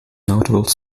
notable